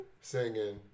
singing